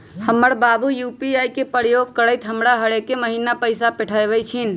हमर बाबू यू.पी.आई के प्रयोग करइते हमरा हरेक महिन्ना पैइसा पेठबइ छिन्ह